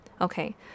Okay